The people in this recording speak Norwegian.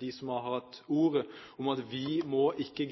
de som har hatt ordet – at vi må ikke